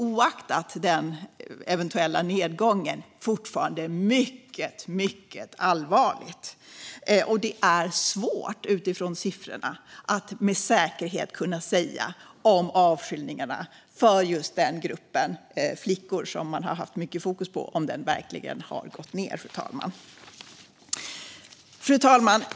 Oaktat den eventuella nedgången är läget alltså fortfarande mycket, mycket allvarligt. Det är också svårt att utifrån siffrorna med säkerhet säga om avskiljningarna verkligen har gått ned när det gäller just den grupp flickor som man haft mycket fokus på. Fru talman!